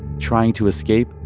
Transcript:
trying to escape,